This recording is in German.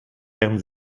herrn